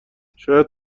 شاید